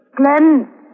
Glenn